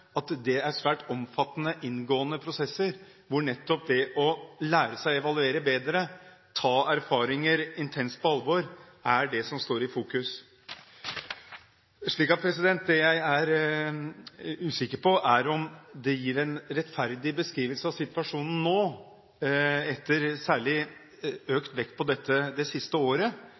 Politiets sikkerhetstjeneste, er svært omfattende, inngående prosesser, hvor nettopp det å lære seg å evaluere bedre, ta erfaringer intenst på alvor, er det som står i fokus. Det jeg er usikker på, er om man gir en rettferdig beskrivelse av situasjonen nå. Særlig etter økt vekt på det siste året,